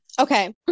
Okay